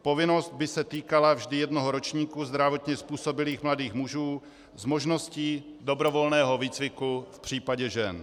Povinnost by se týkala vždy jednoho ročníku zdravotně způsobilých mladých mužů s možností dobrovolného výcviku v případě žen.